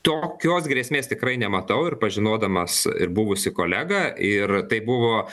tokios grėsmės tikrai nematau ir pažinodamas ir buvusį kolegą ir tai buvo